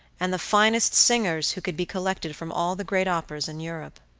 and the finest singers who could be collected from all the great operas in europe.